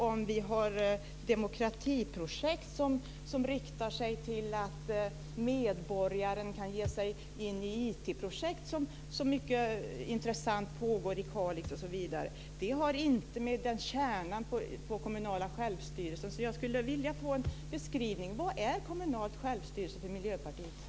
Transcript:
Om vi har demokratiprojekt som riktar sig till att medborgare kan ge sig in i IT-projekt, något mycket intressant som pågår i Kalix, har inget att göra med kärnan i den kommunala självstyrelsen. Jag skulle vilja få en beskrivning. Vad är kommunalt självstyre för Miljöpartiet?